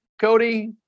Cody